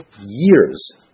years